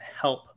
help